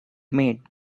made